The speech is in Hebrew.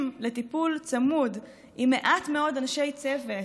לטיפול צמוד עם מעט מאוד אנשי צוות,